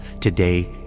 Today